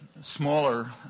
smaller